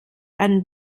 einen